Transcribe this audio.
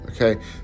Okay